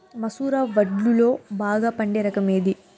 మసూర వడ్లులో బాగా పండే రకం ఏది?